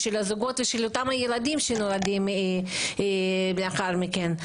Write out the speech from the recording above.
של הזוגות ושל אותם הילדים שנולדים לאחר מכן.